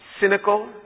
cynical